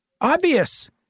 obvious